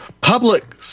public